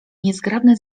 niezgrabne